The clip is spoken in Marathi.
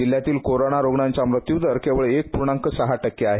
जिल्ह्यातील कोरोना रुग्णांचा मृत्यूदर केवळ एक पूर्णांक सहा टक्के आहे